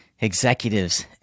executives